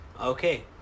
okay